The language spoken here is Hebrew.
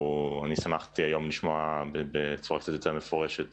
שמחתי היום לשמוע בצורה קצת יותר מפורשת